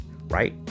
right